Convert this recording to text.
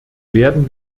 werden